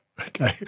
Okay